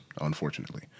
unfortunately